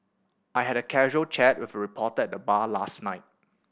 I had a casual chat with a reporter at the bar last night